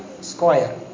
square